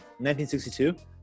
1962